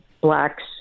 blacks